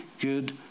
good